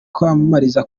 kwiyamamariza